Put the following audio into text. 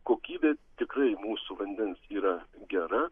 kokybė tikrai mūsų vandens yra gera